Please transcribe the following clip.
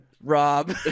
Rob